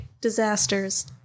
disasters